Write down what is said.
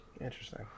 Interesting